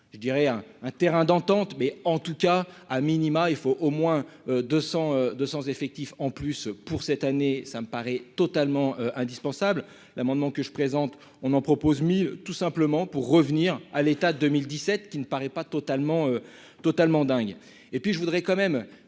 hein, un terrain d'entente, mais en tout cas à minima, il faut au moins 200 200 effectifs en plus pour cette année, ça me paraît totalement indispensable l'amendement que je présente, on en propose mis tout simplement pour revenir à l'État 2017 qui ne paraît pas totalement, totalement dingue et puis je voudrais quand même